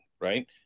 right